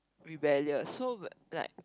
rebellious so like